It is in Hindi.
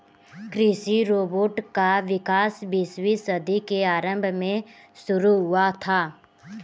कृषि रोबोट का विकास बीसवीं सदी के आरंभ में शुरू हुआ था